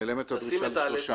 נעלמת הדרישה לשלושה.